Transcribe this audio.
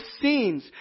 scenes